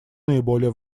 наиболее